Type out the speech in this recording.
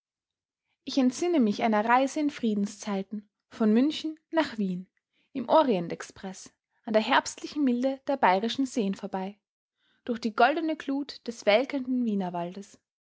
ich entsinne mich einer reise in friedenszeiten von münchen nach wien im orient expreß an der herbstlichen milde der bayerischen seen vorbei durch die goldene glut des welkenden